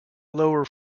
lower